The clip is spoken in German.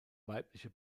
weibliche